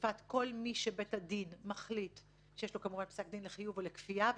חשיפת כל מי שבית הדין מחליט שיש לו כמובן פסק דין לחיוב או לכפייה,